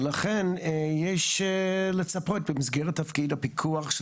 ולכן יש לצפות במסגרת תפקיד הפיקוח של